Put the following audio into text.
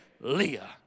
Leah